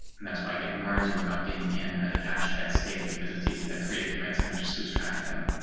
and that's why i get warns you about being in a detached head state because it's easy to create commits and then just lose track of them.